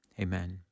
Amen